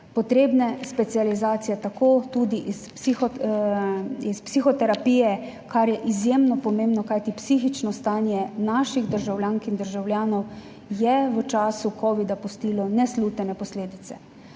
potrebne specializacije, tako tudi iz psihoterapije, kar je izjemno pomembno, kajti psihično stanje naših državljank in državljanov je v času covida pustilo neslutene posledice,